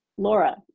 Laura